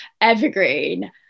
evergreen